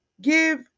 give